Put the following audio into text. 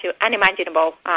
unimaginable